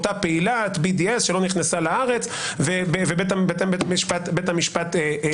אותה פעילת BDS שלא נכנסה לארץ ובית המשפט ביטל